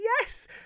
yes